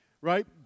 right